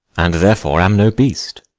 and therefore am no beast.